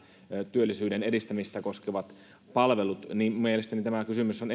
työllisyyden edistämistä koskevat palvelut niin minun mielestäni tämä kysymys on